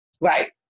Right